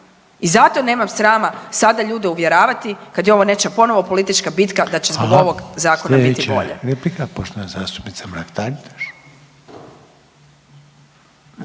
i zato nemam srama sada ljude uvjeravati kad je ovo nečija ponovo politička bitka da će zbog ovog zakona biti bolje.